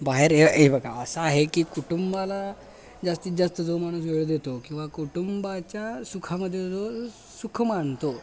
बाहेर ये हे बघा असा आहे की कुटुंबाला जास्तीत जास्त जो माणूस वेळ देतो किंवा कुटुंबाच्या सुखामध्ये जो सुख मानतो